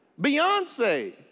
Beyonce